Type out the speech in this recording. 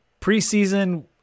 preseason